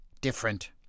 different